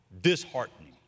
disheartening